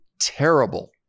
terrible